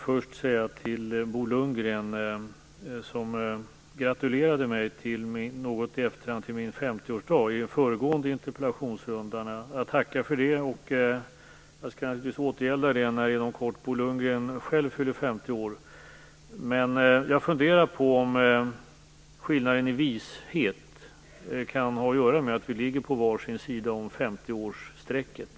Fru talman! Bo Lundgren gratulerade mig något i efterhand till min 50-årsdag i en föregående interpellationsrunda. Jag tackar för det, och jag skall naturligtvis återgälda det när Bo Lundgren själv fyller 50 år inom kort. Jag funderar på om skillnaden i vishet kan ha att göra med att vi ligger på var sin sida om femtioårsstrecket.